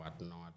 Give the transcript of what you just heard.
whatnot